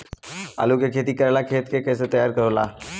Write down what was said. आलू के खेती करेला खेत के कैसे तैयारी होला?